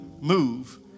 Move